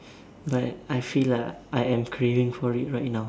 but I feel like I am craving for it right now